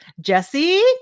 Jesse